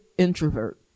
introvert